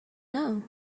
know